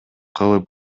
кылып